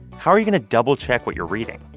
how are you going to double-check what you're reading?